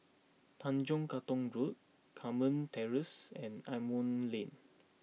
Tanjong Katong Road Carmen Terrace and Asimont Lane